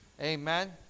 Amen